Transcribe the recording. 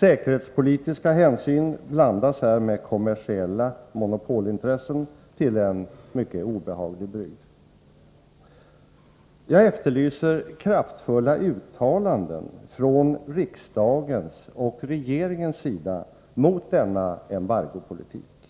Säkerhetspolitiska hänsyn blandas här med kommersiella monopolintressen till en mycket obehaglig brygd. Jag efterlyser kraftfulla uttalanden från riksdagens och regeringens sida mot denna embargopolitik.